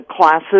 classes